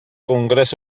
congrés